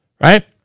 Right